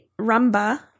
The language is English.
rumba